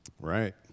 Right